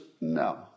no